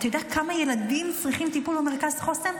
אתה יודע כמה ילדים צריכים טיפול במרכז חוסן?